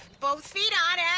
both feet on and,